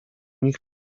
nich